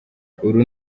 uru